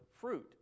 fruit